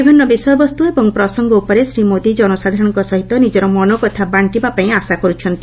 ବିଭିନ୍ ବିଷୟବସ୍ତୁ ଏବଂ ପ୍ରସଙ୍ଙ ଉପରେ ଶ୍ରୀ ମୋଦି ଜନସାଧାରଣଙ୍କ ସହିତ ନିଜର ମନକଥା ବାକ୍କିବାପାଇଁ ଆଶା କରୁଛନ୍ତି